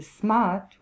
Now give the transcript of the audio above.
Smart